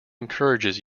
encourages